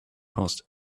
post